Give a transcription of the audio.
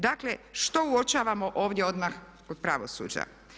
Dakle, što uočavamo ovdje odmah kod pravosuđa?